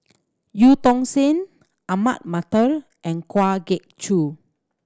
Eu Tong Sen Ahmad Mattar and Kwa Geok Choo